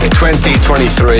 2023